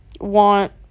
want